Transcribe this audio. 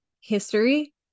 history